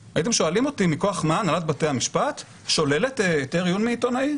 מכוח מה הנהלת בתי המשפט שוללת היתר עיון מעיתונאי,